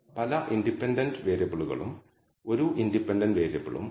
ഇപ്പോൾ ഇതെല്ലാം നമ്മൾ ഒരൊറ്റ കാര്യത്തിന് വേണ്ടി മാത്രമാണ് ചെയ്തത്